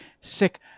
sick